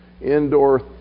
indoor